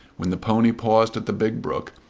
when the pony paused at the big brook,